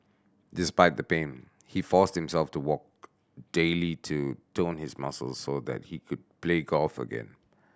despite the pain he forced himself to walk daily to tone his muscles so that he could play golf again